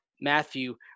Matthew